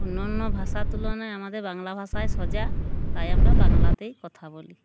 অন্য অন্য ভাষার তুলনায় আমাদের বাংলা ভাষায় সোজা তাই আমরা বাংলাতেই কথা বলি